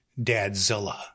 Dadzilla